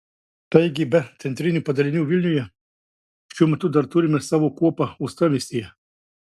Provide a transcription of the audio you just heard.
taigi be centrinių padalinių vilniuje šiuo metu dar turime savo kuopą uostamiestyje